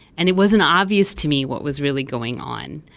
and it wasn't obvious to me what was really going on.